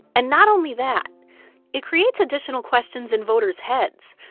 and not only that it creates additional questions in voters' heads.